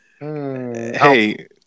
Hey